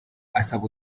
asaba